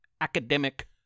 academic